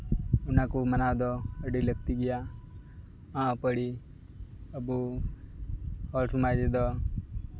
ᱚᱱᱟᱠᱚ ᱢᱟᱱᱟᱣ ᱫᱚ ᱟᱹᱰᱤ ᱞᱟᱹᱠᱛᱤ ᱜᱮᱭᱟ ᱟᱜᱼᱟᱹᱯᱟᱹᱲᱤ ᱟᱹᱵᱩ ᱦᱚᱲ ᱥᱚᱢᱟᱡᱽ ᱨᱮᱫᱚ